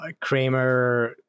Kramer